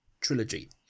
trilogy